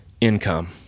income